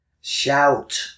Shout